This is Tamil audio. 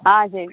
ஆ சரி